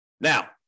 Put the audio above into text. Now